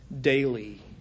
daily